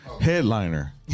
headliner